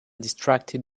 distracted